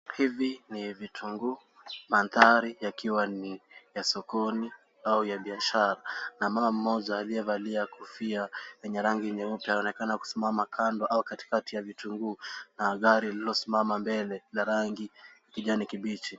Hivi ni vitunguu. Mandhari yakiwa ni ya sokoni au ya biashara. Mama mmoja aliyevalia kofia lenye rangi nyeupe aonekana kusimama kando au katikati ya vitunguu na gari lililosimama mbele la rangi kijani kibichi.